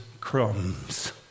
crumbs